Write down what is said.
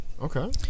okay